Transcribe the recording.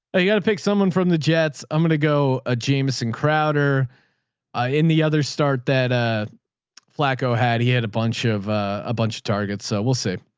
ah you got to pick someone from the jets. i'm going to go ah jamison crowder in the other start that ah flaco had, he had a bunch of a bunch of targets. so we'll say,